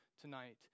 tonight